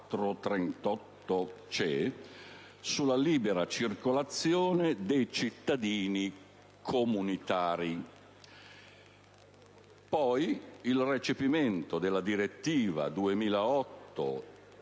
sulla libera circolazione dei cittadini comunitari, e il recepimento della direttiva 2008/115/CE,